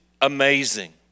amazing